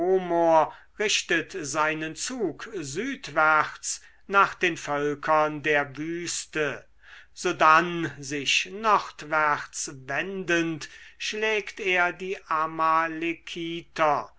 richtet seinen zug südwärts nach den völkern der wüste sodann sich nordwärts wendend schlägt er die